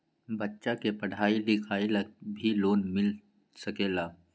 बच्चा के पढ़ाई लिखाई ला भी लोन मिल सकेला?